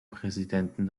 präsidenten